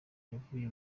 yavuye